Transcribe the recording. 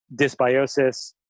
dysbiosis